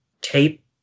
tape